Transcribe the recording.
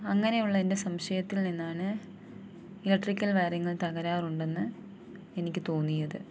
അങ്ങനെയുള്ള എൻ്റെ സംശയത്തിൽ നിന്നാണ് ഇലക്ട്രിക്കൽ വയറിങ്ങിൽ തകരാറുണ്ടെന്ന് എനിക്ക് തോന്നിയത്